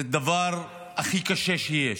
זה הדבר הכי קשה שיש,